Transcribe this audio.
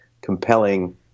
compelling